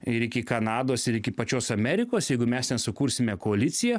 ir iki kanados ir iki pačios amerikos jeigu mes nesukursime koaliciją